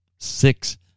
Six